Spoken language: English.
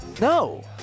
No